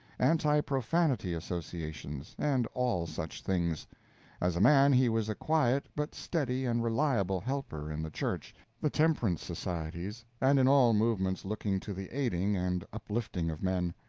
anti-profanity associations, and all such things as a man, he was a quiet but steady and reliable helper in the church, the temperance societies, and in all movements looking to the aiding and uplifting of men.